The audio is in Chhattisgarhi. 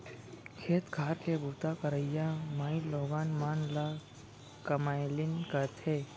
खेत खार के बूता करइया माइलोगन मन ल कमैलिन कथें